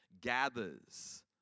gathers